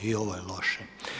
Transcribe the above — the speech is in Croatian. I ovo je loše.